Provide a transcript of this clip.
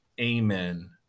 Amen